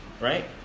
Right